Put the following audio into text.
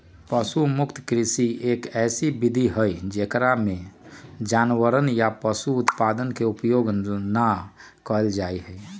पशु मुक्त कृषि, एक ऐसी विधि हई जेकरा में जानवरवन या पशु उत्पादन के उपयोग ना कइल जाहई